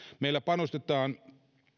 meillä panostetaan